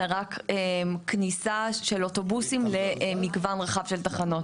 אלא רק כניסה של אוטובוסים למגוון רחב של תחנות.